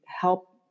help